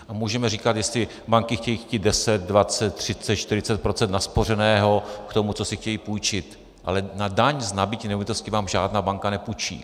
A můžeme říkat, jestli banky chtějí chtít deset, dvacet, třicet, čtyřicet procent naspořeného k tomu, co si chtějí půjčit, ale na daň z nabytí nemovitosti vám žádná banka nepůjčí.